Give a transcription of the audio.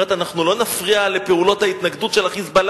היא אומרת: אנחנו לא נפריע לפעולות ההתנגדות של ה"חיזבאללה".